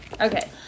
Okay